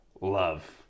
love